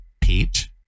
Pete